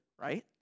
right